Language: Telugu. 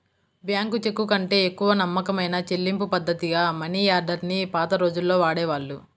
బ్యాంకు చెక్కుకంటే ఎక్కువ నమ్మకమైన చెల్లింపుపద్ధతిగా మనియార్డర్ ని పాత రోజుల్లో వాడేవాళ్ళు